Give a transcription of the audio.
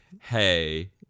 hey